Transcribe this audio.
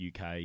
UK